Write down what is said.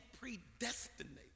predestinate